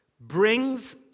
brings